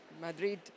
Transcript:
Madrid